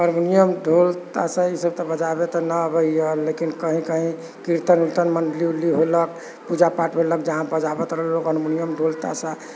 harmonium ढ़ोल ताशा ई सभ तऽ बजाबै तऽ नहि अबैए लेकिन कहीं कहीं कीर्तन उर्तन मण्डली वण्डली होलक पूजा पाठ भेलक जहाँपर बजाबैत रहलक हरमोनियम ढ़ोल ताशा